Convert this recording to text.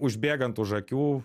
užbėgant už akių